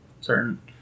certain